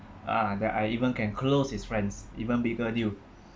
uh then I even can closed his friends even bigger deal